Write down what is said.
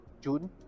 June